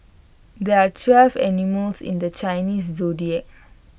there are twelve animals in the Chinese Zodiac